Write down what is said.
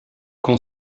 qu’en